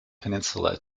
peninsula